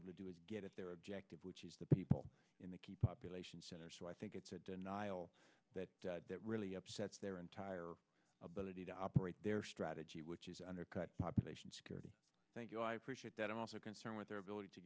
able to do is get at their objective which is the people in the key population centers so i think it's a denial that that really upsets their entire ability to operate their strategy which is undercut population security thank you i appreciate that i'm also concerned with their ability to